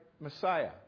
Messiah